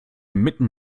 mitten